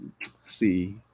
See